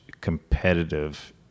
competitive